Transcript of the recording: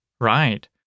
Right